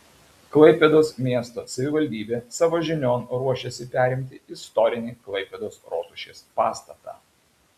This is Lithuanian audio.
klaipėdos miesto savivaldybė savo žinion ruošiasi perimti istorinį klaipėdos rotušės pastatą